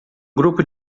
grupo